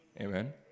Amen